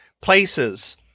places